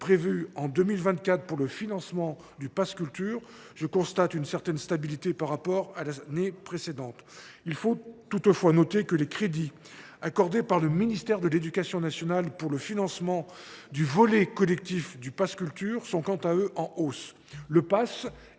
prévus pour le financement du pass Culture. Je constate donc une certaine stabilité des moyens par rapport à l’année précédente. Il faut toutefois noter que les crédits accordés par le ministère de l’éducation nationale pour le financement du volet collectif du pass Culture sont quant à eux en hausse.